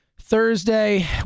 Thursday